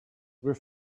were